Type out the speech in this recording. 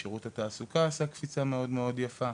שירות התעסוקה עשה קפיצה מאוד יפה,